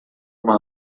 uma